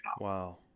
Wow